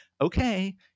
okay